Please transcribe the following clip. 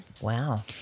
Wow